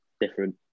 different